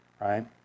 Right